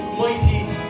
mighty